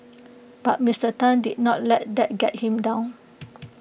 but Mister Tan did not let that get him down